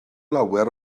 lawer